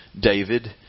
David